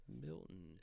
Milton